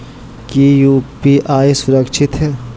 की यू.पी.आई सुरक्षित है?